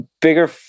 bigger